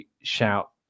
shout